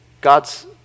God's